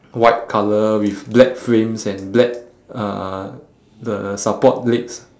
white colour with black frames and black uh the support legs